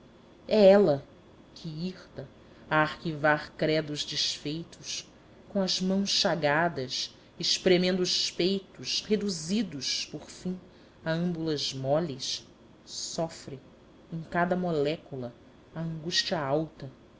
é ela que hirta a arquivar credos desfeitos com as mãos chagadas espremendo os peitos reduzidos por fim a âmbulas moles sofre em cada molécula a angústia alta